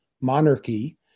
monarchy